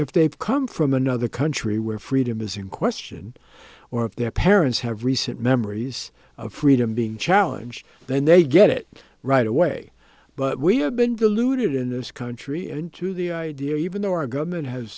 if they've come from another country where freedom is in question or if their parents have recent memories of freedom being challenged then they get it right away but we have been deluded in this country into the idea even though our government has